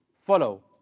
Follow